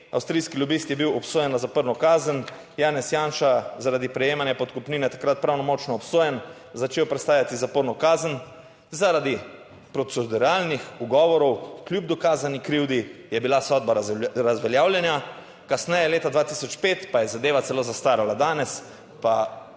avstrijski lobist je bil obsojen na zaporno kazen, Janez Janša zaradi prejemanja podkupnine takrat pravnomočno obsojen, začel prestajati zaporno kazen zaradi proceduralnih ugovorov, kljub dokazani krivdi, je bila sodba razveljavljena, kasneje leta 2005, pa je zadeva celo zastarala. Danes